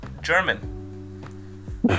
german